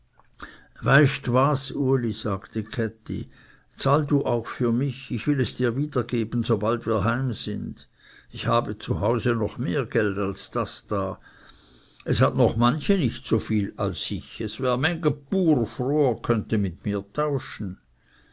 was uli sagte käthi zahl du auch für mich ich will es dir wieder geben sobald wir heim sind ich habe zu hause noch mehr geld als das da es hat noch manche nicht so viel als ich es wär mänge bur froh er könnte mit mir tauschen